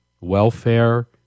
welfare